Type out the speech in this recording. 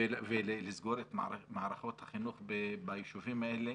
ולסגור את מערכות החינוך ביישובים האלה,